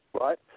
right